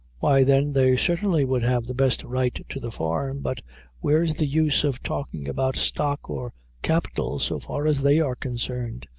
why, then, they certainly would have the best right to the farm but where's the use of talking about stock or capital, so far as they are concerned?